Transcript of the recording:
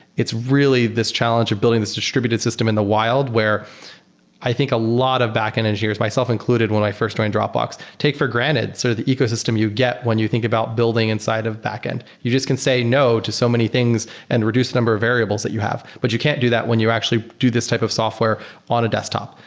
it's really this challenge of building this distributed system in the wild where i think a lot of backend engineers, myself included when i first joined dropbox, take for granted. so the ecosystem you get when you about building inside of backend, you just can say no to so many things and reduce the number of variables that you have, but you can't do that when you actually do this type of software on a desktop.